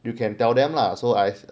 you can tell them lah so I